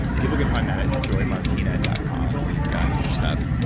people can find that at joymartina dot com or we've got your stuff.